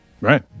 right